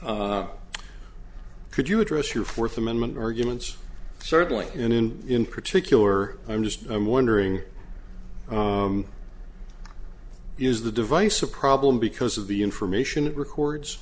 could you address your fourth amendment arguments certainly in in in particular i'm just i'm wondering is the device a problem because of the information it records